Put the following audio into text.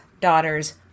daughter's